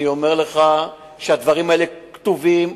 אני אומר לך שהדברים האלה כתובים.